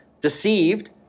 deceived